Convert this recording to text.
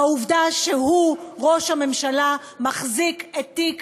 בעובדה שהוא, ראש הממשלה, מחזיק את תיק